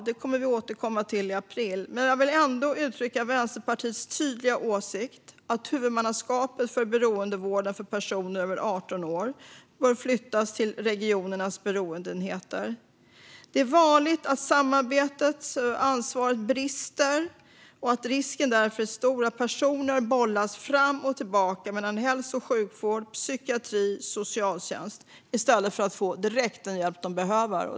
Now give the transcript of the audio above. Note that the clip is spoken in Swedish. Detta kommer vi att återkomma till i april. Jag vill ändå uttrycka Vänsterpartiets tydliga åsikt att huvudmannaskapet för beroendevården för personer över 18 år bör flyttas till regionernas beroendeenheter. Det är vanligt att samarbetet och ansvaret brister, och risken är därför stor att personer bollas fram och tillbaka mellan hälso och sjukvården, psykiatrin och socialtjänsten i stället för att direkt få den hjälp de behöver.